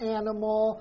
animal